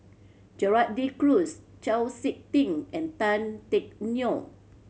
Gerald De Cruz Chau Sik Ting and Tan Teck Neo